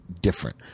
different